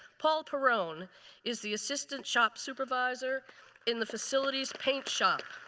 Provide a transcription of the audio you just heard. paul parone is the assistant shop supervisor in the facilities paint shop.